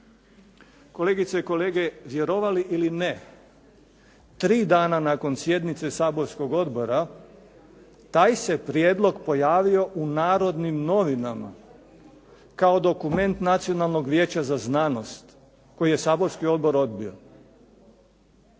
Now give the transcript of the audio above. Kolegice i kolege, vjerovali ili ne, tri dana nakon sjednice saborskog odbora taj se prijedlog pojavio u "Narodnim novinama" kao dokument Nacionalnog vijeća za znanost koji je saborski odbor odbio.